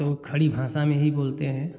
तो खड़ी भाषा में ही बोलते हैं